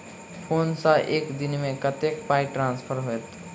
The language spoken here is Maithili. फोन सँ एक दिनमे कतेक पाई ट्रान्सफर होइत?